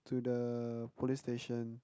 to the police station